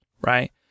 right